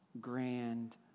grand